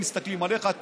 הם מסתכלים עליך,